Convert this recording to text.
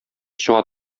чыга